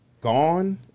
gone